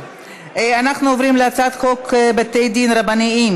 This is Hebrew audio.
אנחנו עוברים להצעת חוק בתי דין רבניים